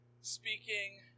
speaking